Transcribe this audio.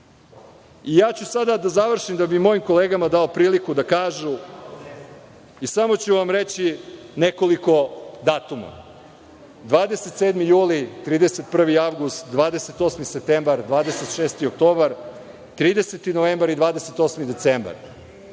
ću da završim da bih mojim kolegama dao priliku da kažu i samo ću vam reći nekoliko datuma - 27. juli, 31. avgust, 28. septembar, 26. oktobar, 30. novembar i 28. decembar.